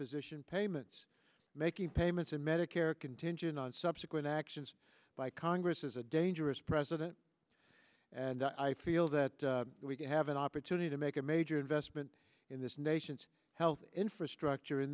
physician payments making payments in medicare contingent on subsequent actions by congress is a dangerous precedent and i feel that we can have an opportunity to make a major investment in this nation's health infrastructure in